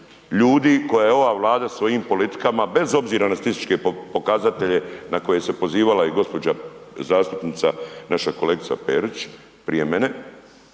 ljudi koje je ova Vlada svojim politikama, bez obzira na statističke pokazatelje na koje se pozivala i gđa. zastupnica, naša kolegica Perić, prije mene.